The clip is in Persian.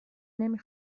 نمی